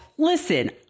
Listen